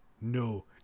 no